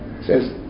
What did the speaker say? says